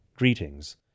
Greetings